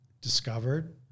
discovered